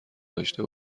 داشته